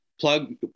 plug